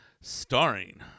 starring